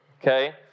okay